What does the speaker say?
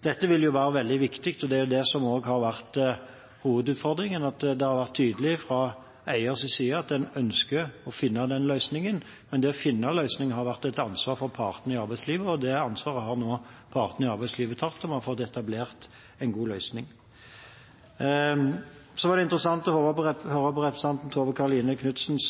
Dette vil være veldig viktig, og det er jo også dette som har vært hovedutfordringen, at det har vært tydelig fra eiers side at en ønsker å finne den løsningen, men det å finne løsninger har vært et ansvar for partene i arbeidslivet, og det ansvaret har nå partene i arbeidslivet tatt, og man har fått etablert en god løsning. Så var det interessant å høre representanten Tove Karoline Knutsens